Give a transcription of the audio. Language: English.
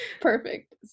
perfect